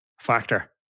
factor